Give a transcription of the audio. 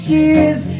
years